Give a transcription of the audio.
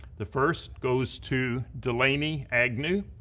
the first goes to delaney agnew,